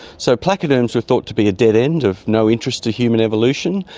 so placoderms were thought to be a dead end, of no interest to human evolution,